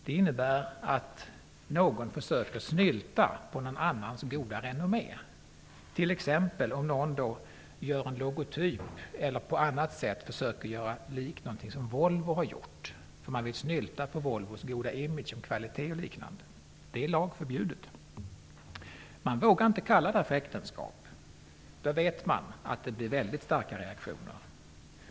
Det innebär att någon försöker snylta på någon annans goda renommé, t.ex. om någon t.ex. gör en logotyp eller på annat sätt söker göra någonting likt något som Volvo har gjort, eftersom man vill snylta på Volvos goda image, kvalitet och liknande. Det är i lag förbjudet. Man vågar inte kalla det för äktenskap, eftersom man vet att det blir väldigt starka reaktioner.